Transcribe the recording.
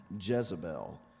Jezebel